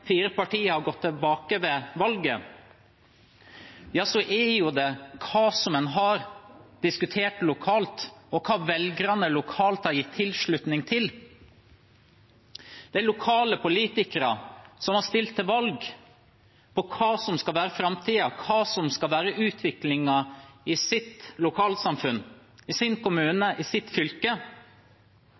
fire partiene har gått tilbake ved valget, er hva en har diskutert lokalt, og hva velgerne lokalt har gitt sin tilslutning til. Det er lokale politikere som har stilt til valg på hva som skal være framtiden og utviklingen i deres lokalsamfunn, deres kommune og deres fylke – og så blir de overkjørt av politikere i